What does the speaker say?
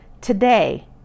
Today